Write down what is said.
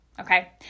Okay